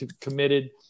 committed